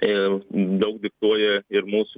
ir daug diktuoja ir mūsų